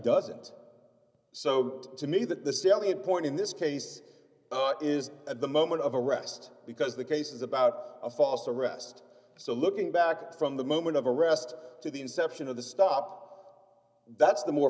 doesn't so to me that the salient point in this case is at the moment of arrest because the case is about a false arrest so looking back at from the moment of arrest to the inception of the stop that's the more